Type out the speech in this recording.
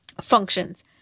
functions